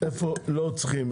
איפה לדעתם.